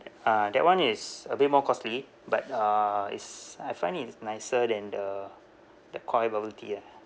uh that [one] is a bit more costly but uh is I find is nicer than the the koi bubble tea ah